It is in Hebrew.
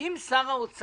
שאם שר האוצר